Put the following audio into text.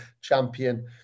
champion